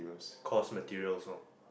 course materials lor